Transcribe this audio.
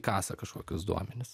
kasą kažkokius duomenis